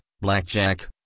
blackjack